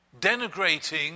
denigrating